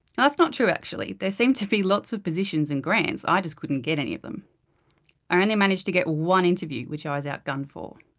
that's not true actually. there seemed to be lots of positions and grants, i just couldn't get any of them. i only managed to get one interview, which i was outgunned for.